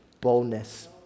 boldness